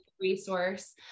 resource